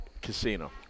Casino